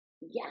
yes